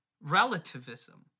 relativism